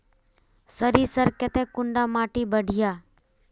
सरीसर केते कुंडा माटी बढ़िया?